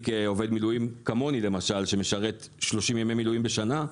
עובד מילואים כמוני למשל שמשרת 30 ימי מילואים בשנה,